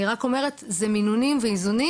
אני רק אומרת אלו מינונים ואיזונים